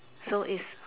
so is